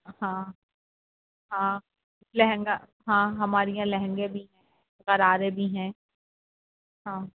ہاں ہاں لہنگا ہاں ہمارے یہاں لہنگے بھی ہیں رارے بھی ہیں ہاں